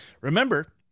remember